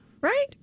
Right